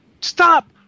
Stop